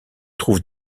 trouve